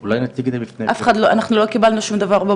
אנחנו לא קיבלנו שום דבר,